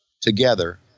together